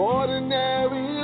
Ordinary